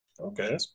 Okay